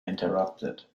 interrupted